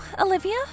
Olivia